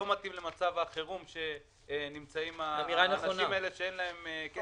לא מתאים למצב החירום שבו נמצאים האנשים האלה שאין להם כסף.